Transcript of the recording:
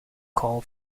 call